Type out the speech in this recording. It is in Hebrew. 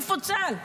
איפה צה"ל?